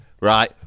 right